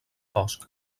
fosc